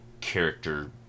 character